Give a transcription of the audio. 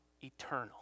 eternal